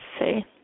see